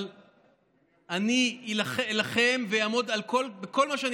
אבל אני אילחם ואעמוד על כל מה שאני